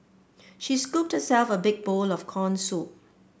she scooped herself a big bowl of corn soup